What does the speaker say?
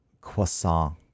croissant